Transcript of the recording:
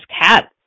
cat